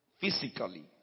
physically